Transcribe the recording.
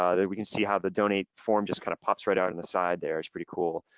um there we can see how the donate form just kind of pops right out in the side there, it's pretty cool.